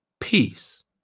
peace